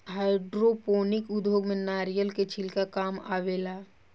hydroponic उद्योग में नारिलय के छिलका काम मेआवेला